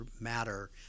matter